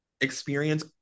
experience